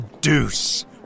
deuce